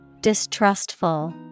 Distrustful